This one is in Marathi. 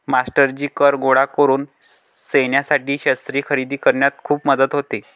मास्टरजी कर गोळा करून सैन्यासाठी शस्त्रे खरेदी करण्यात खूप मदत होते